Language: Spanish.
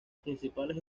principales